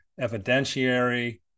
evidentiary